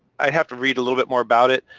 i'd have to read a little bit more about it.